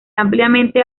ampliamente